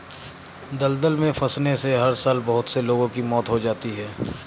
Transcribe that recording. दलदल में फंसने से हर साल बहुत से लोगों की मौत हो जाती है